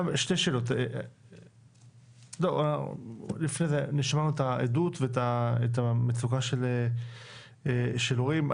נשמע את העדות ואת המצוקה של הורים.